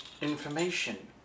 Information